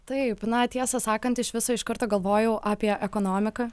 taip na tiesą sakant iš viso iš karto galvojau apie ekonomiką